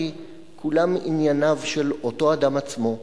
כי כולם ענייניו של אותו אדם עצמו,